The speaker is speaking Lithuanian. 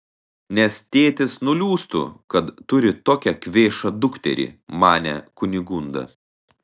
nes tėtis nuliūstų kad turi tokią kvėšą dukterį manė kunigunda